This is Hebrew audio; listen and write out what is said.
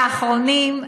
ואחרונים,